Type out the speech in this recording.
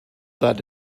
that